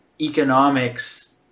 economics